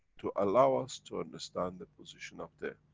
to allow us, to understand the position of them.